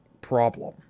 problem